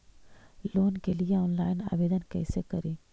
Loan के लिये online आवेदन कैसे करि?